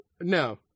no